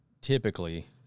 typically –